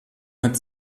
hat